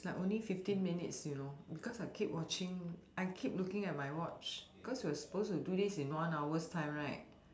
it's like only fifteen minutes you know because I keep watching I keep looking at my watch because we are suppose to do this in one hour's time right